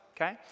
Okay